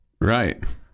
right